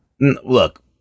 Look